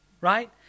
right